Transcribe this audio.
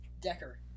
decker